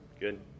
good